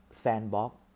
sandbox